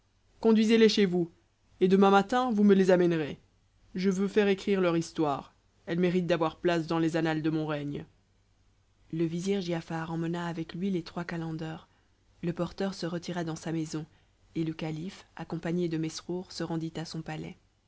conduisez les chez vous et demain matin vous me les amènerez je veux faire écrire leurs histoires elles méritent d'avoir place dans les annales de mon règne le vizir giafar emmena avec lui les trois calenders le porteur se retira dans sa maison et le calife accompagné de mesrour se rendit à son palais